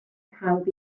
pawb